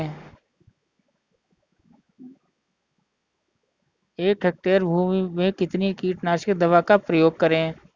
एक हेक्टेयर भूमि में कितनी कीटनाशक दवा का प्रयोग करें?